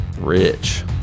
rich